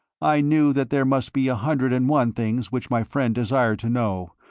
i knew that there must be a hundred and one things which my friend desired to know,